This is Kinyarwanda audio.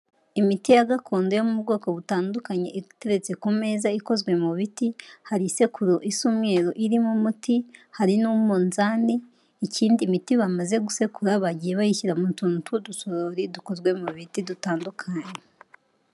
Imiti ya gakondo yo mu bwoko butandukanye iteretse ku meza ikozwe mu biti, hari isekuru isa umweru irimo umuti, hari n'umunzani, ikindi imiti bamaze gusekura bagiye bayishyira mu tuntu tw'udusorori dukozwe mu biti dutandukanye.